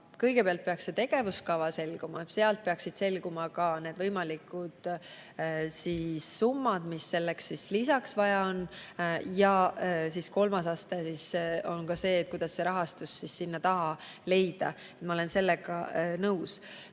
kõigepealt peaks see tegevuskava selguma. Siis peaksid selguma ka need võimalikud summad, mis lisaks vaja on. Ja siis kolmas aste on see, kuidas see rahastus sinna taha leida. Ma olen sellega nõus.